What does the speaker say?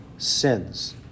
Sins